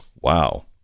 Wow